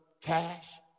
cash